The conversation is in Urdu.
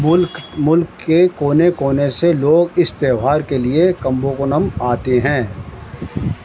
ملک ملک کے کونے کونے سے لوگ اس تہوار کے لیے کمبوکنم آتے ہیں